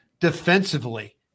defensively